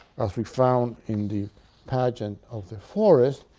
as we found in the pageant of the forest,